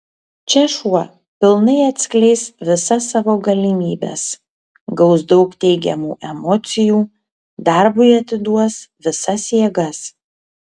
čia šuo pilnai atskleis visa savo galimybes gaus daug teigiamų emocijų darbui atiduos visas jėgas